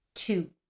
Two